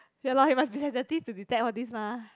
ya loh he must be sensitive to detect all these mah